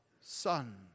Son